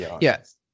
Yes